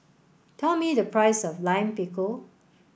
tell me the price of Lime Pickle